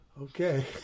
Okay